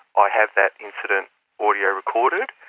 i have that incident audio-recorded,